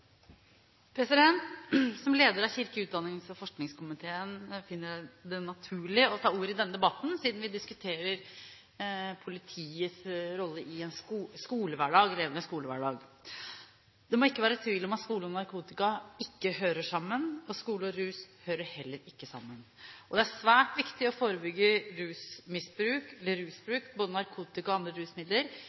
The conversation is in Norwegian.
Som leder av kirke-, utdannings- og forskningskomiteen finner jeg det naturlig å ta ordet i denne debatten, siden vi diskuterer politiets rolle i en skolehverdag – elevenes skolehverdag. Det må ikke være tvil om at skole og narkotika ikke hører sammen, og at skole og rus heller ikke hører sammen. Det er svært viktig å forebygge rusmisbruk og rusbruk, både narkotika og andre rusmidler,